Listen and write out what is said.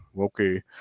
okay